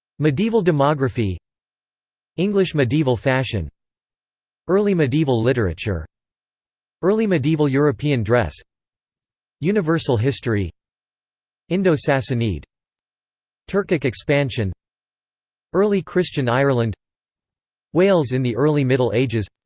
medieval demography english medieval fashion early medieval literature early medieval european dress universal history indo-sassanid turkic expansion early christian ireland wales in the early middle ages